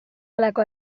halako